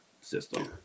system